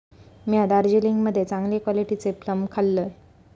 म्या दार्जिलिंग मध्ये चांगले क्वालिटीचे प्लम खाल्लंय